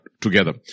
together